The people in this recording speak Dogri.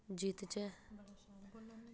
जितचै